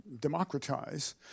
democratize